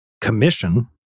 commission